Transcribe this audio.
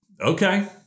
Okay